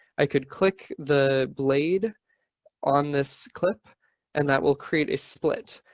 i could click the blade on this clip and that will create a split.